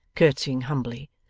curtseying humbly,